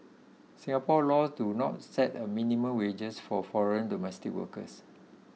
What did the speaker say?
Singapore laws do not set a minimum wages for foreign domestic workers